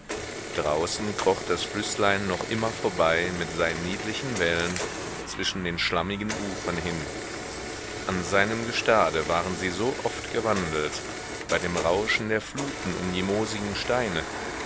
draußen kroch das flüßlein noch immer vorbei mit seinen niedlichen wellen zwischen den schlammigen ufern hin an seinem gestade waren sie so oft gewandelt bei dem rauschen der fluten um die moosigen steine